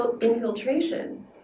infiltration